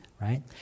right